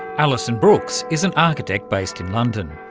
alison brooks is an architect based in london.